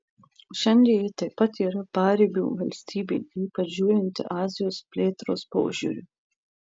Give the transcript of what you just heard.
šiandien ji taip pat yra paribio valstybė ypač žiūrinti azijos plėtros požiūriu